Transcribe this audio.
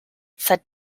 said